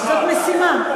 זאת משימה.